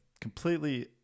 Completely